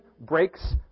breaks